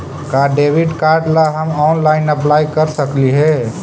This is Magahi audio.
का डेबिट कार्ड ला हम ऑनलाइन अप्लाई कर सकली हे?